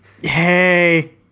hey